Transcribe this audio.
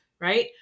right